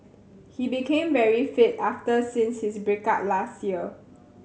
he became very fit after since his break up last year